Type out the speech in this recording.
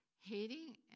hating